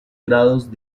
grados